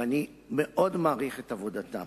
ואני מאוד מעריך את עבודתם.